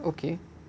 okay